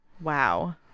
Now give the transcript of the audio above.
Wow